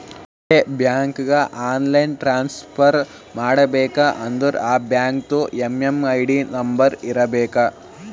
ಬೇರೆ ಬ್ಯಾಂಕ್ಗ online transfer ಮಾಡಬೇಕ ಅಂದುರ್ ಆ ಬ್ಯಾಂಕ್ದು ಎಮ್.ಎಮ್.ಐ.ಡಿ ನಂಬರ್ ಇರಬೇಕ